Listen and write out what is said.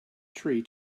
tree